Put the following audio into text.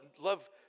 love